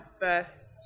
first